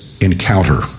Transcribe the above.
encounter